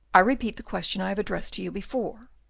i repeat the question i have addressed to you before.